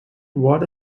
water